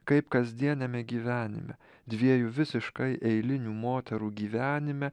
kaip kasdieniame gyvenime dviejų visiškai eilinių moterų gyvenime